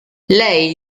lei